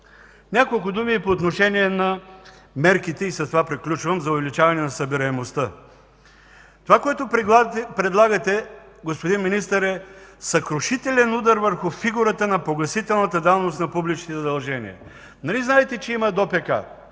Няколко думи по отношение на мерките за увеличаване на събираемостта, и с това приключвам. Това, което предлагате, господин Министър, е съкрушителен удар върху фигурата на погасителната давност на публичните задължения. Нали знаете, че има ДОПК,